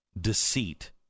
deceit